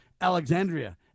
Alexandria